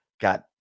got